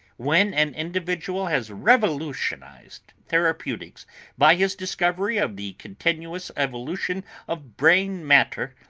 when an individual has revolutionised therapeutics by his discovery of the continuous evolution of brain-matter,